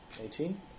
Eighteen